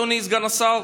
אדוני סגן השר,